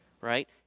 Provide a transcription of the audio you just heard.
right